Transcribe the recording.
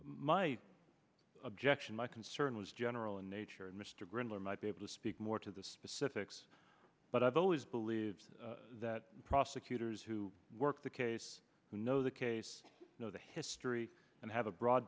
my objection my concern was general in nature and mr grindley might be able to speak more to the specifics but i've always believed that prosecutors who work the case who know the case know the history and have a broad